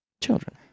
children